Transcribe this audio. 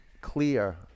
clear